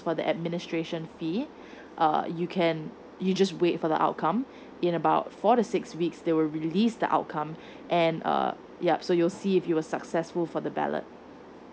for the administration fee uh you can you just wait for the outcome in about four to six weeks they will release the outcome and uh yup so you'll see if you were successful for the ballot